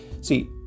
See